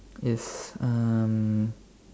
is um